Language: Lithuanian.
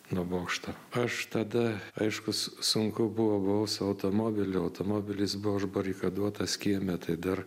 nuo bokšto aš tada aišku sunku buvo buvau su automobiliu automobilis buvo užbarikaduotas kieme tai dar